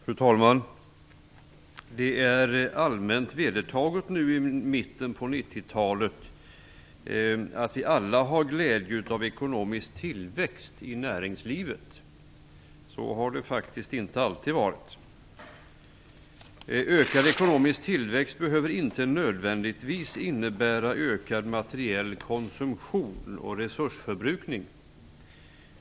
Fru talman! Det är allmänt vedertaget nu i mitten av 90-talet att vi alla har glädje av ekonomisk tillväxt i näringslivet. Så har det faktiskt inte alltid varit. Ökad ekonomisk tillväxt behöver inte nödvändigtvis innebära ökad materiell konsumtion och resursförbrukning.